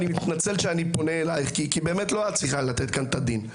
אני מתנצל שאני פונה אליך כי באמת לא את צריכה לתת כאן את הדין.